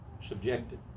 subjected